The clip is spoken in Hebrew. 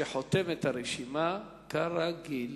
שחותם את הרשימה כרגיל,